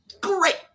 Great